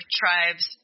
tribes